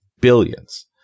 billions